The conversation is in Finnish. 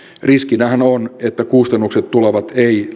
riskinähän on että kustannukset tulevat